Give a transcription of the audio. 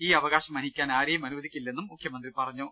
ഈ അവകാശം ഹനിക്കാൻ ആരേയും അനുവദിക്കില്ലെന്നും മുഖൃമന്ത്രി പറഞ്ഞു